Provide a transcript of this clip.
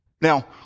Now